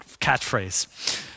catchphrase